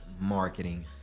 Marketing